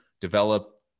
develop